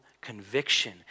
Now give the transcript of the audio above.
conviction